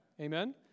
Amen